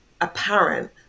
apparent